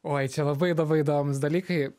oi čia labai labai įdomūs dalykai